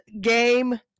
Game